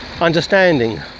understanding